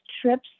trips